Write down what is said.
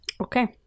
Okay